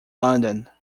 london